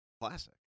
classic